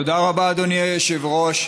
תודה רבה, אדוני היושב-ראש,